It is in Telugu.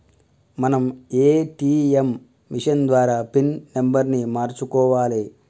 మనం ఏ.టీ.యం మిషన్ ద్వారా పిన్ నెంబర్ను మార్చుకోవాలే